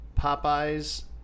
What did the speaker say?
Popeye's